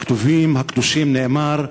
בכתובים הקדושים נאמר: